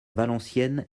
valenciennes